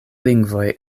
lingvoj